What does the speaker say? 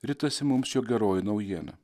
ritasi mums jo geroji naujiena